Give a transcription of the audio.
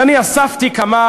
אני אספתי כמה